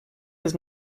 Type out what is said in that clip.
does